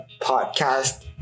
podcast